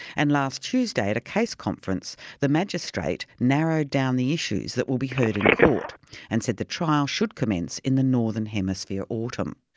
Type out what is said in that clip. and last tuesday at a case conference the magistrate narrowed down the issues that will be heard in court and said the trial should commence in the northern hemisphere autumn.